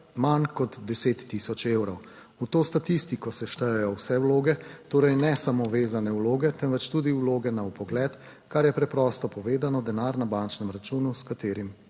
manj kot 10 tisoč evrov; v to statistiko se štejejo vse vloge, torej ne samo vezane vloge, temveč tudi vloge na vpogled, kar je preprosto povedano denar na bančnem računu, s katerim